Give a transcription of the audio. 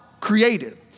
created